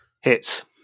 Hits